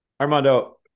Armando